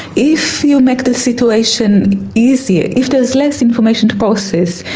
if you make the situation easier, if there is less information to process,